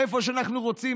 איפה שאנחנו רוצים,